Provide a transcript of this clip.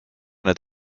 need